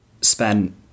spent